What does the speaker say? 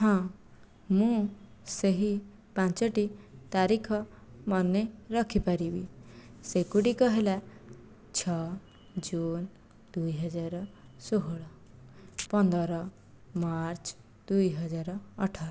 ହଁ ମୁଁ ସେହି ପାଞ୍ଚୋଟି ତାରିଖ ମନେ ରଖିପାରିବି ସେଗୁଡ଼ିକ ହେଲା ଛଅ ଜୁନ ଦୁଇହଜାର ଷୋହଳ ପନ୍ଦର ମାର୍ଚ୍ଚ ଦୁଇହଜାର ଅଠର